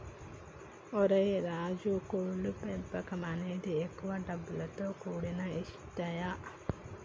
ఓరై రాజు కోళ్ల పెంపకం అనేది ఎక్కువ డబ్బులతో కూడిన ఇషయం